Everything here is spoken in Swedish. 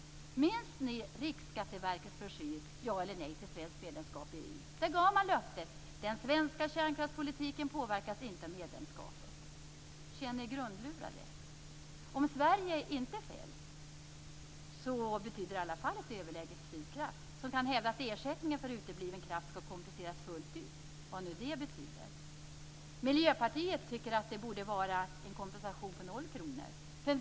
Minns ni Riksskatteverkets broschyr Ja eller nej till svenskt medlemskap i EU? Där gav man löftet att den svenska kärnkraftspolitiken inte påverkas av medlemskapet. Känn er grundlurade! Om Sverige inte fälls betyder det i alla fall ett överläge för Sydkraft, som kan hävda att ersättningen för utebliven kraft skall kompenseras fullt ut - vad nu det betyder. Miljöpartiet tycker att det borde vara en kompensation på 0 kr.